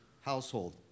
household